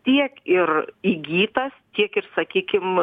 tiek ir įgytas tiek ir sakykim